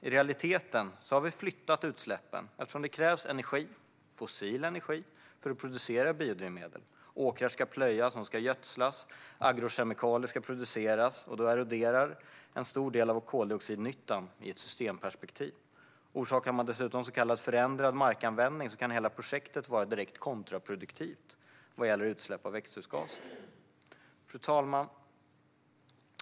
I realiteten har vi flyttat utsläppen eftersom det krävs energi - fossil energi - för att producera biodrivmedel. Åkrar ska plöjas. De ska gödslas. Agrokemikalier ska produceras. Då eroderar en stor del av koldioxidnyttan i ett systemperspektiv. Orsakar man dessutom så kallad förändrad markanvändning kan hela projektet vara direkt kontraproduktivt vad gäller utsläpp av växthusgaser. Fru talman!